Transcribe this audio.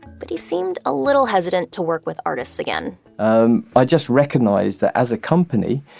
but he seemed a little hesitant to work with artists again um i just recognize that as a company,